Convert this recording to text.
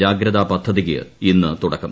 ജാഗ്രതാ പദ്ധതിക്ക് ഇന്ന് തുടക്കം